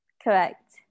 correct